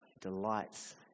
delights